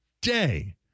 day